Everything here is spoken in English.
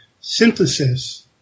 synthesis